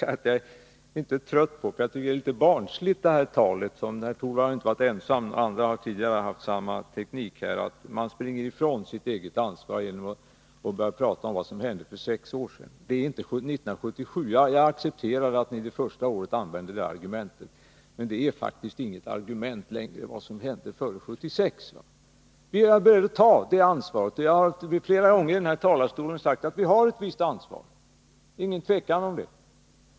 Jag tycker att det är litet barnsligt — herr Torwald är inte ensam om det, andra har haft samma teknik — att försöka springa ifrån sitt eget ansvar genom att börja prata om vad som hände för sex år sedan. Jag accepterar att ni det första året använde det argumentet, men vad som hände före 1976 kan faktiskt inte längre anföras som argument. Vi är beredda att ta vårt ansvar, och jag har flera gånger från denna talarstol sagt att vi har ett visst ansvar för utvecklingen.